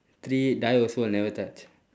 three die also will never touch